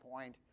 point